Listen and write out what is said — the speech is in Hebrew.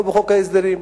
לא בחוק ההסדרים.